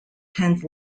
tenth